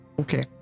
Okay